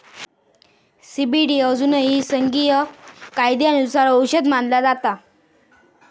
CBD अजूनही संघीय कायद्यानुसार औषध मानला जाता